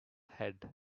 head